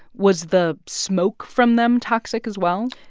was the smoke from them toxic as well?